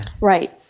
right